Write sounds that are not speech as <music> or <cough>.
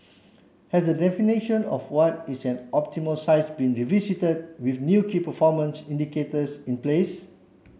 has the definition of what is an optimal size been <unintelligible> with new key performance indicators in place